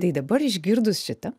tai dabar išgirdus šitą